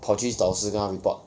跑去找老师跟他 report